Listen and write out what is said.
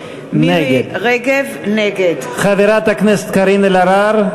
נגד חברת הכנסת קארין אלהרר.